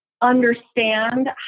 understand